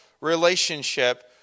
relationship